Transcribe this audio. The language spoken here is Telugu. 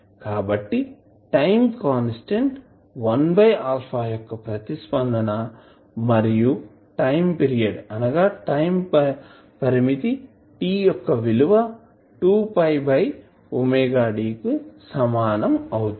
కాబట్టి టైం కాన్స్టాంట్ 1α యొక్క ప్రతిస్పందన మరియు టైం వ్యవధి పీరియడ్ period t విలువ 2𝝥⍵d కు సమానం అవుతుంది